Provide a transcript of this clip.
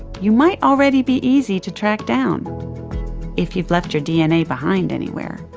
you might already be easy to track down if you've left your dna behind anywhere.